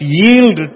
yield